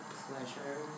pleasure